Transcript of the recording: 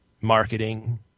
marketing